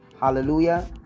hallelujah